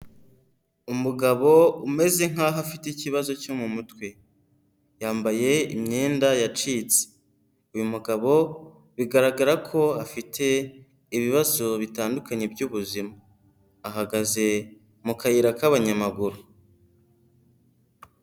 Umugabo umeze nk'aho afite ikibazo cyo mu mutwe, yambaye imyenda yacitse, uyu mugabo bigaragara ko afite ibibazo bitandukanye by'ubuzima. Ahagaze mu kayira k'abanyamaguru.